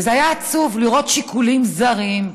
וזה היה עצוב לראות שיקולים זרים,